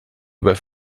über